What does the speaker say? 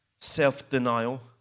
self-denial